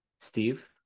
Steve